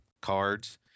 cards